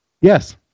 Yes